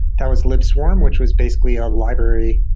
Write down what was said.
that was lip swarm, which was basically a library,